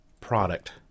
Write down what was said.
product